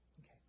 Okay